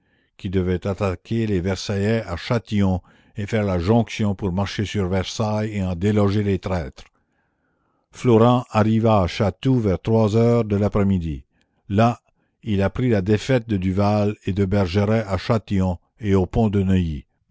qui devaient attaquer les versaillais à châtillon et faire la jonction pour marcher sur versailles et en déloger les traîtres flourens arriva à chatou vers trois heures de l'aprèsmidi là il apprit la défaite de duval et de bergeret à châtillon et au pont de neuilly